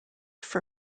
for